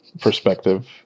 perspective